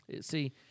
See